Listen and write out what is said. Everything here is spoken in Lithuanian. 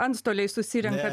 antstoliai susirenka